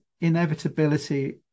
inevitability